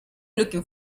looking